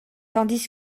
tandis